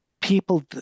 people